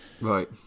Right